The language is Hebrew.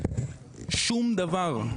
שום דבר,